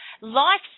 Life